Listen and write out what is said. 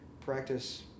practice